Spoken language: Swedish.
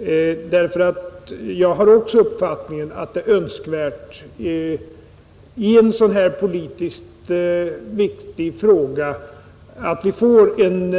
Jag har nämligen också uppfattningen att det är önskvärt i en sådan här politiskt viktig fråga att vi får en